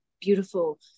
beautiful